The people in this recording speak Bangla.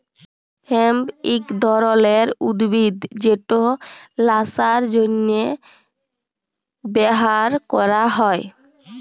হেম্প ইক ধরলের উদ্ভিদ যেট ল্যাশার জ্যনহে ব্যাভার ক্যরা হ্যয়